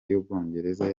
y’ubwongereza